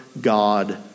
God